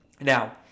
now